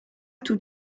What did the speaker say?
tout